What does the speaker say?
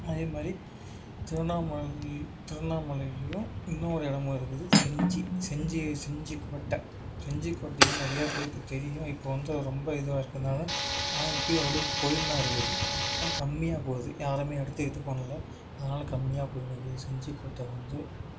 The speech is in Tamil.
அதே மாதிரி திருவண்ணாமலை திருவண்ணாமலையிலையும் இன்னொரு இடமும் இருக்குது செஞ்சி செஞ்சி செஞ்சி கோட்டை செஞ்சி கோட்டை வந்து நிறையா பேருக்கு தெரியும் இப்போ வந்து ரொம்ப இதுவாக இருக்கிறதுனால ஆனால் இப்பையும் ஓரளவுக்கு போயினுந்தான் இருக்குது ஆனால் கம்மியாக போகுது யாருமே எடுத்து இது பண்ணல அதனால் கம்மியாக போயினு இருக்குது செஞ்சி கோட்டை வந்து